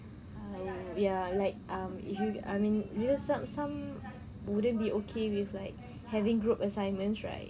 um ya like um if you I mean you know some some wouldn't be okay with like having group assignment right